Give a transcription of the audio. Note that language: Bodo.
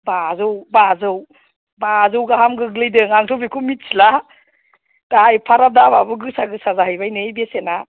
बाजौ बाजौ बाजौ गाहाम गोग्लैदों आंथ' बेखौ मिथिला दा एफाराब दामआबो गोसा गोसा जाहैबाय नै बेसेनआ